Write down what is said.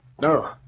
No